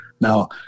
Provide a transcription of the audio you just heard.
Now